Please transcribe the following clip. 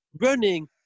Running